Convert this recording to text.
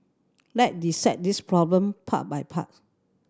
let dissect this problem part by part